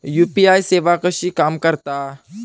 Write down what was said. UPI सेवा कशी काम करता?